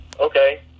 Okay